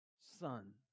son